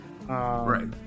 Right